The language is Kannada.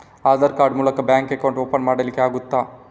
ಆಧಾರ್ ಕಾರ್ಡ್ ಮೂಲಕ ಬ್ಯಾಂಕ್ ಅಕೌಂಟ್ ಓಪನ್ ಮಾಡಲಿಕ್ಕೆ ಆಗುತಾ?